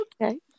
Okay